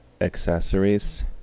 accessories